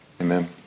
amen